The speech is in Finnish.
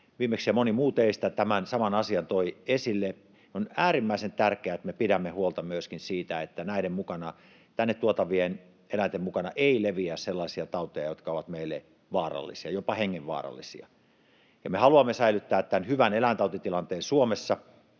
viimeksi ja moni muu teistä tämän saman asian toi esille. On äärimmäisen tärkeää, että me pidämme huolta myöskin siitä, että näiden tänne tuotavien eläinten mukana ei leviä sellaisia tauteja, jotka ovat meille vaarallisia, jopa hengenvaarallisia. Me haluamme säilyttää tämän hyvän eläintautitilanteen Suomessa,